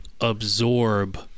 absorb